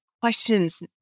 questions